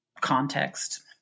context